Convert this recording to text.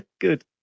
good